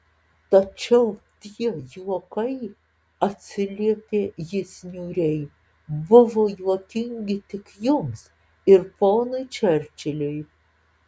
tačiau tie juokai atsiliepė jis niūriai buvo juokingi tik jums ir ponui čerčiliui